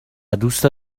دوست